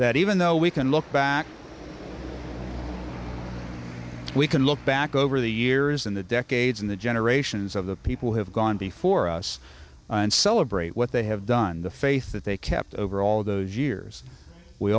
that even though we can look back we can look back over the years in the decades and the generations of the people who have gone before us and celebrate what they have done the faith that they kept over all those years we